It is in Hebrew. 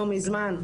לא מזמן,